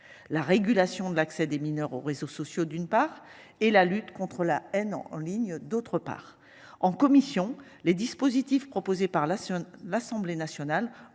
la régulation de l'accès des mineurs aux réseaux sociaux d'une part et la lutte contre la haine en ligne. D'autre part en commission les dispositifs proposés par la sur l'Assemblée nationale